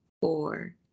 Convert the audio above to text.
four